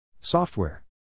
software